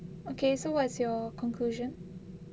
okay so what's your conclusion